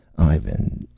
ivan,